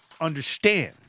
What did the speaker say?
understand